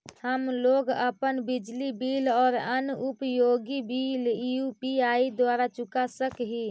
हम लोग अपन बिजली बिल और अन्य उपयोगि बिल यू.पी.आई द्वारा चुका सक ही